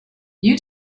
you